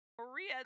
maria